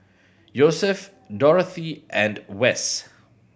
Yosef Dorathy and Wes